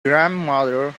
grandmother